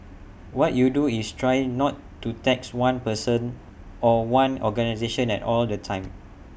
what you do is try not to tax one person or one organisation at all the time